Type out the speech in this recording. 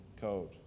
code